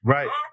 Right